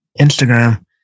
Instagram